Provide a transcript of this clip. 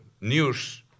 news